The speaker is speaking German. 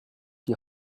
die